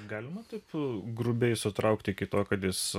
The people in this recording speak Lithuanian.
galima taip grubiai sutraukti iki to kad jis